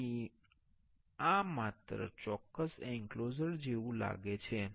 તેથી આ માત્ર ચોરસ એંક્લોઝર જેવું લાગે છે